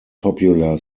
popular